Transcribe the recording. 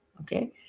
okay